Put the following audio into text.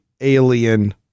alien